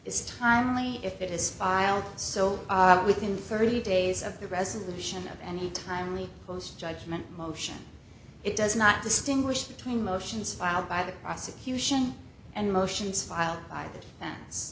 is timely if it is filed so within thirty days of the resolution of any timely post judgment motion it does not distinguish between motions filed by the prosecution and motions filed